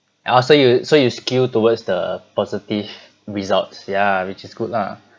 oh so you so you skew towards the positive results ya which is good lah